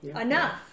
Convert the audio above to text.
Enough